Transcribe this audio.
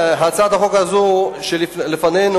הצעת החוק הזאת שלפנינו,